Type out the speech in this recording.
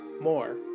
More